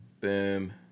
Boom